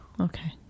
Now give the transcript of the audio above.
Okay